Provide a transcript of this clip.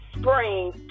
Spring